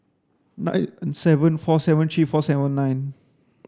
nine seven four seven three four seven nine